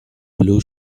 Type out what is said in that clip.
blue